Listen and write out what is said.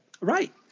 Right